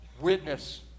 witness